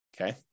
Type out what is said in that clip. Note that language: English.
okay